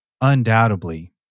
Undoubtedly